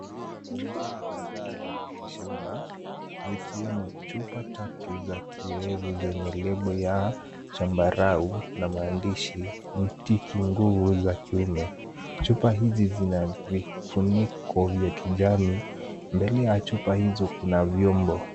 Bidhaa kadhaa za mitishamba zikiwemo chupa tatu za kiowevu zenye lebo ya Chambarao na maandishi mti kikuu ya kiume. Chupa hizi zina vifuniko vya kijani. Mbele ya chupa hizo Kuna vyombo.